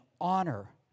honor